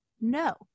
no